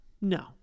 No